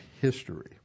history